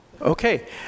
Okay